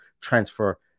transfer